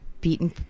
beaten